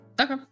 Okay